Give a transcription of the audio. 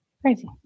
Crazy